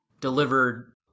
delivered